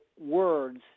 words